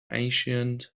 ancient